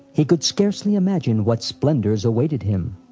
he could scarcely imagine what splendors awaited him.